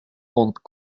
ventes